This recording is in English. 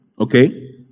Okay